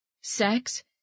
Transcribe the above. sex